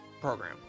program